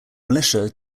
militia